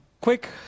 quick